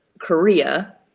Korea